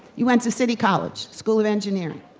he went to city college, school of engineering.